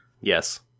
Yes